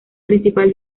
principal